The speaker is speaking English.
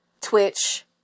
Twitch